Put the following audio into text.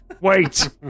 Wait